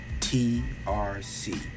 TRC